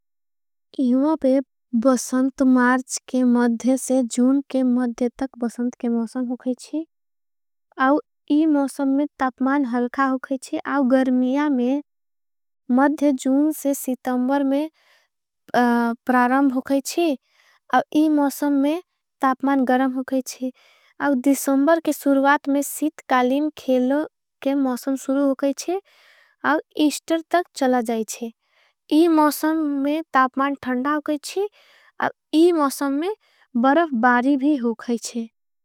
इवाबे बसंत मार्ज के मद्धे से जुन के मद्धे तक। बसंत के मौसम होगाईच्छी आओ इ मौसम में। तापमान हलखा होगाईच्छी आओ गर्मिया में। मद्धे जुन से सितम्बर में प्रारम होगाईच्छी आओ। इ मौसम में तापमान गरम होगाईच्छी आओ। दिसम्बर के सुरुवात में सितकालिन खेलो के। मौसम सुरु होगाईच्छी आओ इस्टर तक चला। जाईच्छी इ मौसम में तापमान धन्डा होगाईच्छी। आओ इ मौसम में बरफ बारी भी होगाईच्छी।